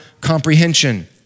comprehension